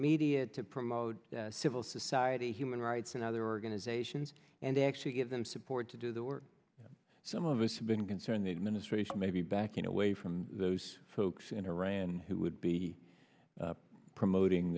media to promote civil society human rights and other organizations and actually give them support to do the work some of us have been concerned the administration may be backing away from those folks in iran who would be promoting